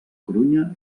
corunya